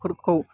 फोरखौ